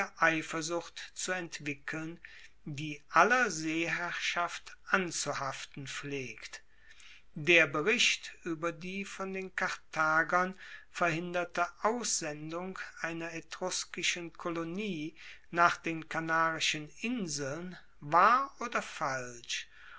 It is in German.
eifersucht zu entwickeln die aller seeherrschaft anzuhaften pflegt der bericht ueber die von den karthagern verhinderte aussendung einer etruskischen kolonie nach den kanarischen inseln wahr oder falsch